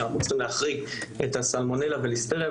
שאנחנו צריכים להחריג את הסלמונלה והליסטריה,